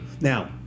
Now